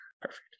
perfect